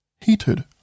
heated